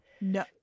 No